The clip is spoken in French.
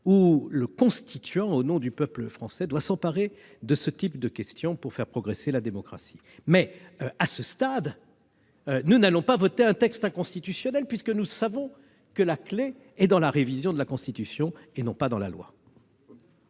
où le constituant, au nom du peuple français, doit s'emparer de ce type de questions pour faire progresser la démocratie. Cela étant, à ce stade, nous n'allons pas adopter un texte inconstitutionnel, d'autant que nous savons que la clé du problème est dans la révision de la Constitution, et non pas dans la